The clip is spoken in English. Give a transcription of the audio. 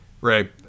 Ray